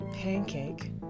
pancake